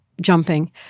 jumping